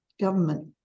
government